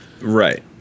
Right